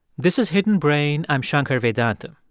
this is hidden brain. i'm shankar vedantam.